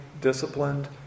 disciplined